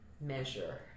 measure